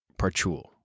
Parchul